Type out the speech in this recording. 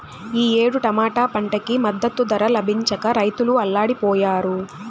ఈ ఏడు టమాటా పంటకి మద్దతు ధర లభించక రైతులు అల్లాడిపొయ్యారు